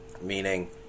meaning